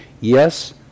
yes